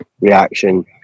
reaction